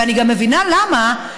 ואני גם מבינה למה,